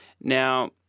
Now